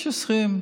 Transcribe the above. יש 20,